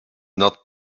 not